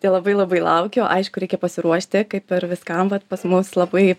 tai labai labai laukiu aišku reikia pasiruošti kaip ir viskam vat pas mus labai